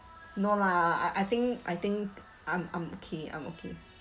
no lah I I think I think I'm I'm okay I'm okay